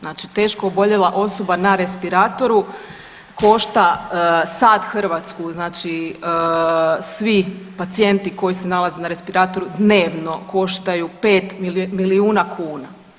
Znači teško oboljela osoba na respiratoru košta sad Hrvatsku znači svi pacijenti koji se nalaze na respiratoru dnevno koštaju 5 milijuna kuna.